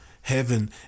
Heaven